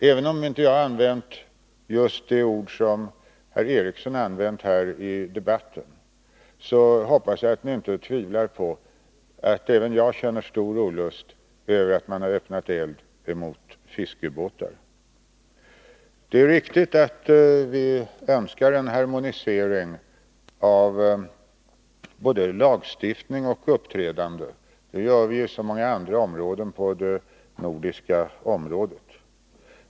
Även om jag inte har använt just de ord som herr Eriksson använt här i debatten hoppas jag att han inte tvivlar på att även jag känner stor olust över att man har öppnat eld mot fiskebåtar. Det är riktigt att vi önskar en harmonisering av både lagstiftning och uppträdande; det har vi ju på så många andra områden i Norden.